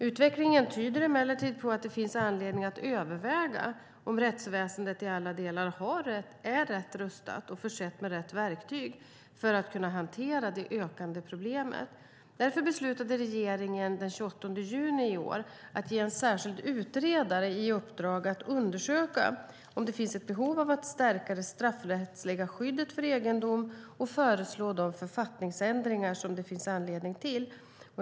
Utvecklingen tyder emellertid på att det finns anledning att överväga om rättsväsendet i alla delar är rätt rustat och försett med rätt verktyg för att kunna hantera det ökande problemet. Därför beslutade regeringen den 28 juni i år att ge en särskild utredare i uppdrag att undersöka om det finns ett behov av att stärka det straffrättsliga skyddet för egendom och föreslå de författningsändringar som det finns anledning till.